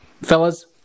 fellas